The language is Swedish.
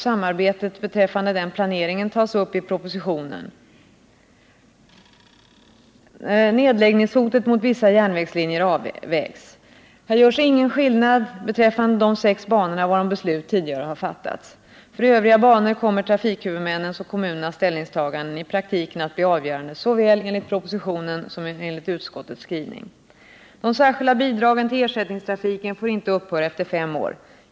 Samarbetet beträffande den planeringen tas upp i propositionen. Nedläggningshotet mot vissa järnvägslinjer avvärjs. — Här görs ingen skillnad beträffande de sex banor varom beslut tidigare har fattats; för övriga banor kommer trafikhuvudmännens och kommunernas ställningstaganden i praktiken att bli avgörande såväl enligt propositionen som enligt utskottets skrivning. De särskilda bidragen till ersättningstrafiken får inte upphöra efter fem år.